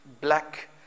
black